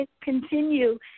continue